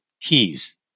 keys